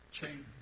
Change